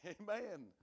Amen